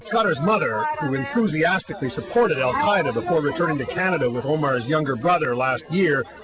khadr's mother who enthusiastically supported al qa'eda before returning to canada with omar's younger brother last year,